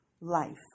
life